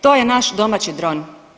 To je naš domaći dron.